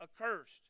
accursed